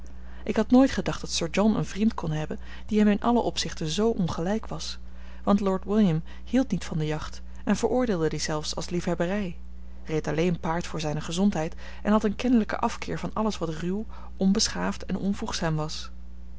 ik had nooit gedacht dat sir john een vriend kon hebben die hem in alle opzichten zoo ongelijk was want lord william hield niet van de jacht en veroordeelde die zelfs als liefhebberij reed alleen paard voor zijne gezondheid en had een kennelijken afkeer van alles wat ruw onbeschaafd en onvoegzaam was